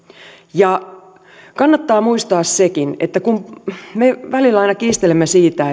ja kannattaa muistaa sekin että kun me välillä aina kiistelemme siitä